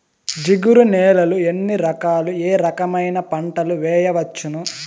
జిగురు నేలలు ఎన్ని రకాలు ఏ రకమైన పంటలు వేయవచ్చును?